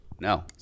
No